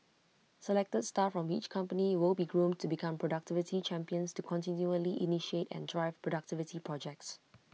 selected staff from each company will be groomed to become productivity champions to continually initiate and drive productivity projects